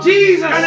Jesus